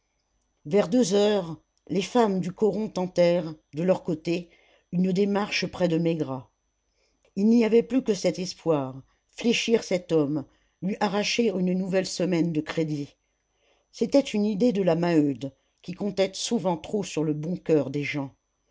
vers deux heures les femmes du coron tentèrent de leur côté une démarche près de maigrat il n'y avait plus que cet espoir fléchir cet homme lui arracher une nouvelle semaine de crédit c'était une idée de la maheude qui comptait souvent trop sur le bon coeur des gens